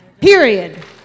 period